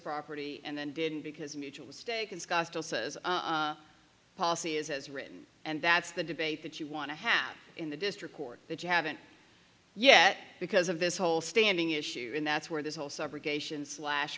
property and then didn't because mutual stake in scottsdale says policy is as written and that's the debate that you want to have in the district court that you haven't yet because of this whole standing issue and that's where this whole subrogation slash